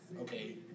okay